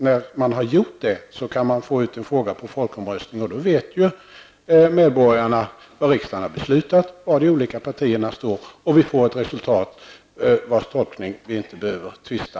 När man gjort det, kan frågan föras ut till folkomröstning. Medborgarna vet då vad riksdagen har beslutat och var de olika partierna står. Vi får då ett resultat, om vars tolkning vi inte behöver tvista.